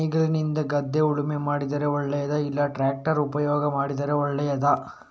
ನೇಗಿಲಿನಿಂದ ಗದ್ದೆ ಉಳುಮೆ ಮಾಡಿದರೆ ಒಳ್ಳೆಯದಾ ಇಲ್ಲ ಟ್ರ್ಯಾಕ್ಟರ್ ಉಪಯೋಗ ಮಾಡಿದರೆ ಒಳ್ಳೆಯದಾ?